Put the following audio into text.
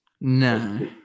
No